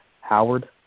Howard